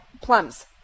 Plums